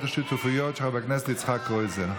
השיתופיות של חבר הכנסת יצחק קרויזר?